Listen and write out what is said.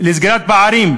לסגירת פערים?